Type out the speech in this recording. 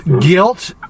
Guilt